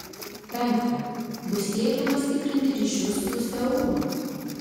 penkta bus siekiama stiprinti ryšius su seulu